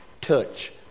touch